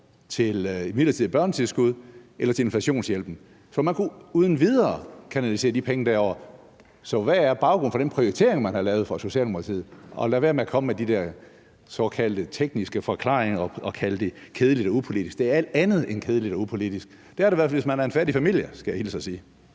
til midlertidigt børnetilskud eller til inflationshjælp, så man kunne uden videre kanalisere de penge derover. Så hvad er baggrunden for den prioritering, man har lavet fra Socialdemokratiets side? Og lad være med at komme med de der såkaldte tekniske forklaringer og kalde det kedeligt og upolitisk. Det er alt andet end kedeligt og upolitisk. Det er det i hvert fald, hvis man er en fattig familie, skal jeg hilse at sige.